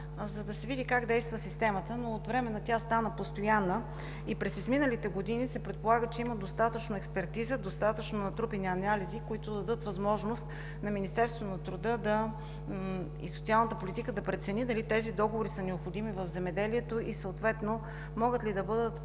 за да се види как действа системата, но от временна тя стана постоянна и през изминалите години се предполага, че има достатъчно експертиза, достатъчно натрупани анализи, които да дадат възможност на Министерството на труда и социалната политика да прецени дали тези договори са необходими в земеделието и съответно могат ли да бъдат